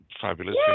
fabulous